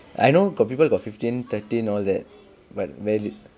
I know got people got fifteen thirteen all that but very little